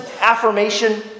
affirmation